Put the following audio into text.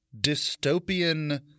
dystopian